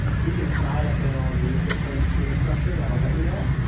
you can try to build the efficient team structure that'll get you there.